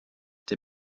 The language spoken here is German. der